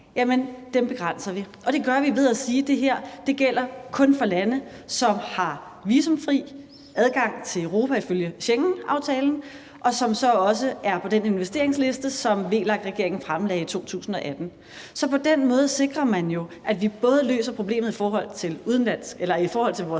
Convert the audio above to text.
i forvejen, begrænser vi, og det gør vi ved at sige: Det her gælder kun for lande, som har visumfri adgang til Europa ifølge Schengenaftalen, og som så også er på den investeringsliste, som VLAK-regeringen fremlagde i 2018. Så på den måde sikrer man jo, at vi både løser problemet i forhold til vores danske